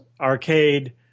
arcade